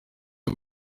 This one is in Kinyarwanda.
aho